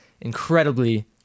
incredibly